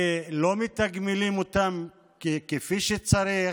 כי לא מתגמלים אותם כפי שצריך.